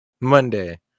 Monday